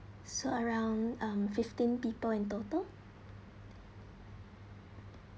so around um fifteen people in total